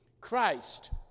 Christ